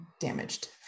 damaged